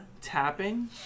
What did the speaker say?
tapping